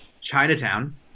Chinatown